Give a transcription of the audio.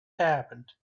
happened